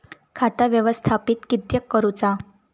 खाता व्यवस्थापित किद्यक करुचा?